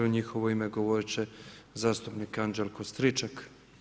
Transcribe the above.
U njihovo ime govorit će zastupnik Anđelko Stričak.